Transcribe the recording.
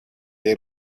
dei